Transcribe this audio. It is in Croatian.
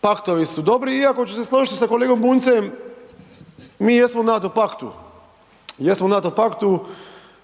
paktovi su dobri iako ću se složiti sa kolegom Bunjcem, mi jesmo u NATO paktu, jesmo u NATO paktu,